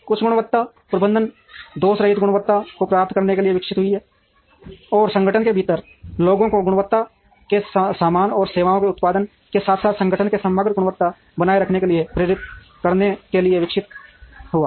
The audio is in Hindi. कुल गुणवत्ता प्रबंधन दोषरहित गुणवत्ता को प्राप्त करने के लिए विकसित हुआ और संगठन के भीतर लोगों को गुणवत्ता के सामान और सेवाओं के उत्पादन के साथ साथ संगठन में समग्र गुणवत्ता बनाए रखने के लिए प्रेरित करने के लिए विकसित हुआ